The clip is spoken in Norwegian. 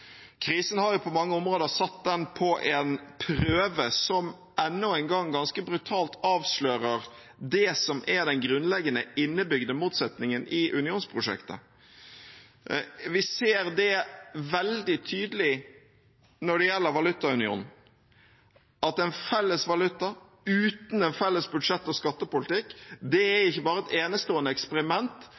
Krisen har jo på mange områder satt den på en prøve, som enda en gang ganske brutalt avslører det som er den grunnleggende, innebygde motsetningen i unionsprosjektet. Vi ser det veldig tydelig når det gjelder valutaunionen: En felles valuta uten en felles budsjett- og skattepolitikk er ikke bare et enestående eksperiment,